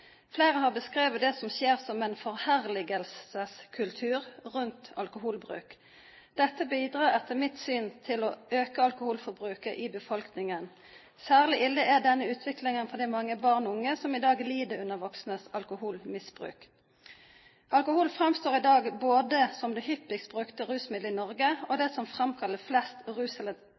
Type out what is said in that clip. Flere har beskrevet det som skjer, som en forherligelseskultur rundt alkoholbruk. Dette bidrar etter mitt syn til å øke alkoholforbruket i befolkningen. Særlig ille er denne utviklingen for de mange barn og unge som i dag lider under voksnes alkoholmisbruk. Alkohol framstår i dag både som det hyppigst brukte rusmidlet i Norge og det som framkaller flest